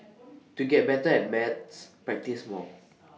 to get better at maths practise more